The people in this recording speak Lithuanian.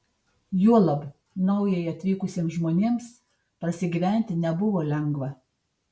juolab naujai atvykusiems žmonėms prasigyventi nebuvo lengva